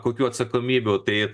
kokių atsakomybių tai